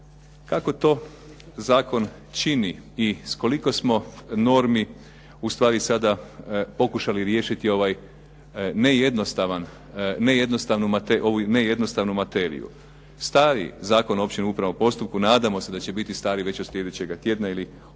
Kako to zakon čini i s koliko smo normi u stvari sada pokušali riješiti ovaj ne jednostavan, ovu ne jednostavnu materiju. Stari Zakon o općem upravnom postupku, nadamo se da će biti stari već od sljedećega tjedna ili od